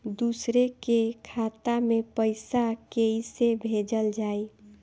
दूसरे के खाता में पइसा केइसे भेजल जाइ?